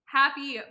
happy